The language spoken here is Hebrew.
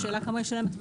השאלה כמה ישלם.